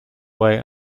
way